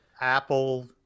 apple